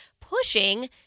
pushing